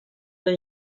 que